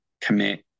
commit